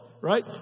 right